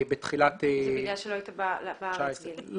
ברשותך, אני